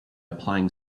applying